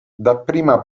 dapprima